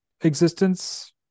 existence